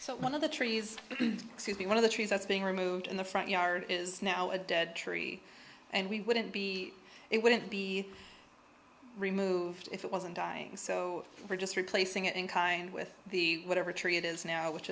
so one of the trees the one of the trees that's being removed in the front yard is now a dead tree and we wouldn't be it wouldn't be removed if it wasn't dying so we're just replacing it in kind with the whatever tree it is now which